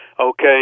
okay